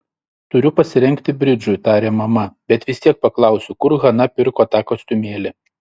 turiu pasirengti bridžui tarė mama bet vis tiek paklausiu kur hana pirko tą kostiumėlį